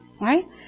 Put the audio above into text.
Right